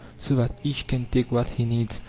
so that each can take what he needs.